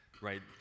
right